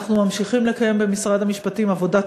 אנחנו ממשיכים לקיים במשרד המשפטים עבודת